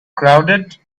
crowded